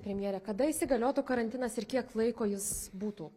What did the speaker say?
premjere kada įsigaliotų karantinas ir kiek laiko jis būtų